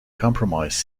comprise